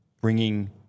bringing